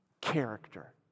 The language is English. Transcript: character